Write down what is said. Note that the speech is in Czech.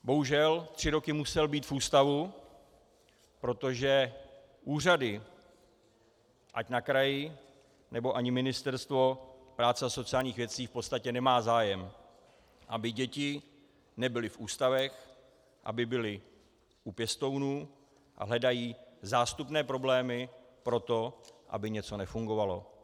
Bohužel tři roky musel být v ústavu, protože úřady ať na kraji, nebo ani Ministerstvo práce a sociálních věcí v podstatě nemá zájem, aby děti nebyly v ústavech, aby byly u pěstounů, a hledají zástupné problémy pro to, aby něco nefungovalo.